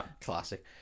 classic